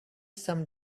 some